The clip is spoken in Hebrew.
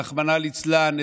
רחמנא ליצלן,